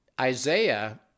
Isaiah